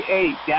eight